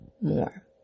more